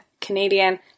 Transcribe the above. Canadian